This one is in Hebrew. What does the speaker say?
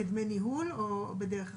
כדמי ניהול, או בדרך אחרת?